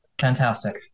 Fantastic